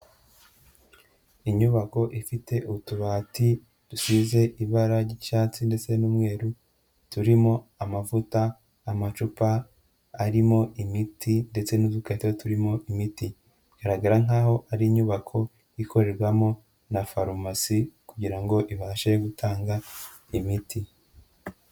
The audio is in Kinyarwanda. Inyubako ifite utubati dusize ibara ry'icyatsi ndetse n'umweru, turimo amavuta, amacupa arimo imiti ndetse n'udukarita turimo imiti, igaragara nkaho ari inyubako ikorerwamo na farumasi kugira ngo ibashe gutanga imiti.